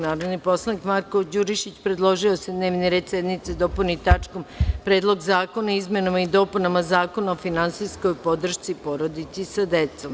Narodni poslanik Marko Đurišić predložio je da se dnevni red sednice dopuni tačkom – Predlog zakona o izmenama i dopunama Zakona o finansijskoj podršci porodici sa decom.